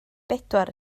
bedwar